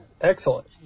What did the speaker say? Excellent